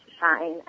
shine